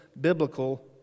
biblical